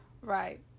Right